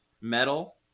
metal